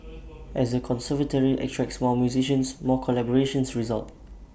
as the conservatory attracts more musicians more collaborations result